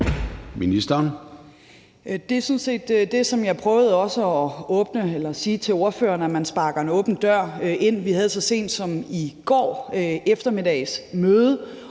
Det er sådan set det, som jeg prøvede at sige til ordføreren, nemlig at man sparker en åben dør ind. Vi havde så sent som i går eftermiddags et